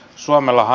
suomella